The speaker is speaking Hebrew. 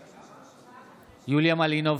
בעד יוליה מלינובסקי,